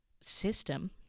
system